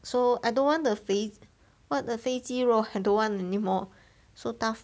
so I don't want the 肥 what the 肥肌肉 I don't want anymore so tough